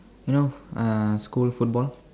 you know uh school football